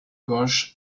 ghosh